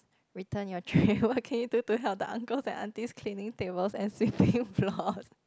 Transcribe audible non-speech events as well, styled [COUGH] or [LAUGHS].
return your tray [LAUGHS] what can you do to help the uncles and aunties cleaning tables and sweeping floor